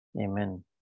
Amen